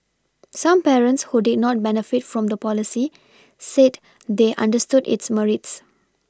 some parents who did not benefit from the policy said they understood its Merits